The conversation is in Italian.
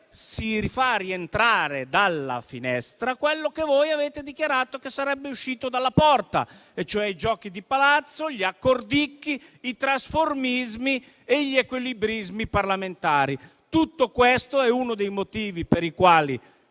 si fa rientrare dalla finestra quello che voi avete dichiarato che sarebbe uscito dalla porta, cioè i giochi di Palazzo, gli accordicchi, i trasformismi e gli equilibrismi parlamentari. Tutto questo è uno dei motivi per i quali